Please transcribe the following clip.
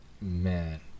Man